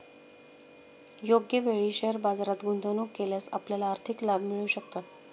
योग्य वेळी शेअर बाजारात गुंतवणूक केल्यास आपल्याला आर्थिक लाभ मिळू शकतात